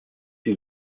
die